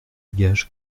gage